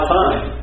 time